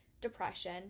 depression